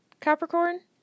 Capricorn